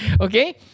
Okay